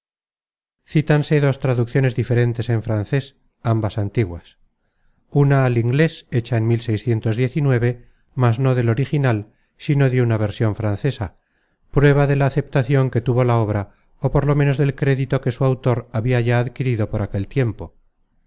brusélas cítanse dos traducciones diferentes en frances ambas antiguas una al inglés hecha en mas no del original sino de una version francesa prueba de la aceptacion que tuvo la obra ó por lo ménos del crédito que su autor habia ya adquirido por aquel tiempo